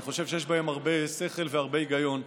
אני חושב שיש בהם הרבה שכל והרבה היגיון.